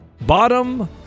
bottom